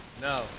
no